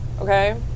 Okay